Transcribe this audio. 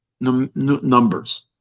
numbers